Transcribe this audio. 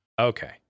Okay